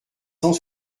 cent